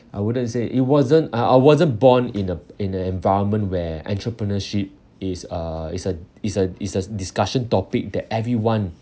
I wouldn't say it wasn't I wasn't born in a in an environment where entrepreneurship is a is a is a is a discussion topic that everyone